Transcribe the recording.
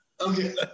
Okay